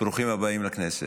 ברוכים הבאים לכנסת,